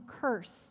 curse